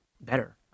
better